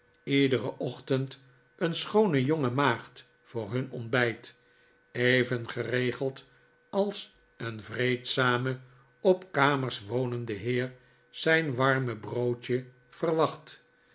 iederen ochtend een schoone jonge maagd voor hun ontbijt even geregeld als een vreedzame op kamers wonende heer zijn warme broodje verwacht